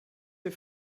wir